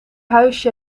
huisje